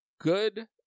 good